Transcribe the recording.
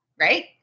right